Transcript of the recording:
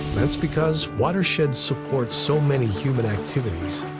that's because watersheds support so many human activities